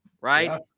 Right